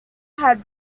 had